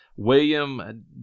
William